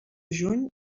juny